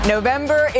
November